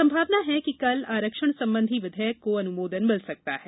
संभावना है कि कल आरक्षण संबंधी विधेयक को अनुमोदन मिल सकता है